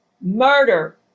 murder